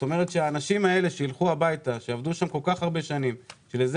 האנשים שילכו הביתה אחרי כל כך הרבה שנים של עבודה,